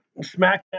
SmackDown